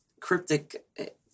cryptic